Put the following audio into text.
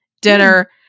dinner